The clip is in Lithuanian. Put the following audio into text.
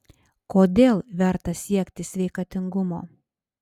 kodėl verta siekti sveikatingumo